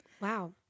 Wow